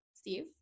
Steve